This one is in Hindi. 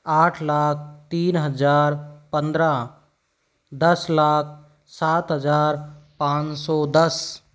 आठ लाख तीन हजार पंद्रह दस लाख सात हजार पाँच सौ दस